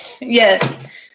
Yes